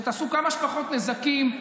שתעשו כמה שפחות נזקים,